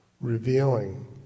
revealing